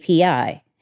API